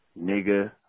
Nigga